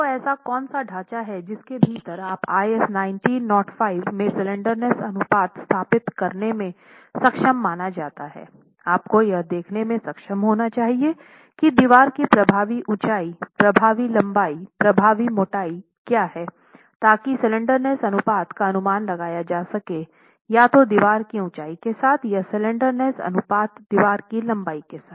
तो ऐसा कौन सा ढांचा है जिसके भीतर यह आईएस 1905 में स्लैंडरनेस अनुपात स्थापित करने में सक्षम माना जाता है आपको यह देखने में सक्षम होना चाहिए कि दीवार की प्रभावी ऊंचाई प्रभावी लंबाई प्रभावी मोटाई क्या है ताकि स्लैंडरनेस अनुपात का अनुमान लगाया जा सके या तो दीवार की ऊंचाई के साथ या स्लैंडरनेस अनुपात दीवार की लंबाई के साथ